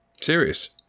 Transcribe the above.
Serious